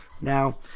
Now